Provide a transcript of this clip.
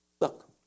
Look